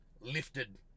lifted